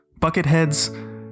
Bucketheads